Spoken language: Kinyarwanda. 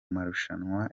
marushanwa